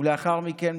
ולאחר מכן,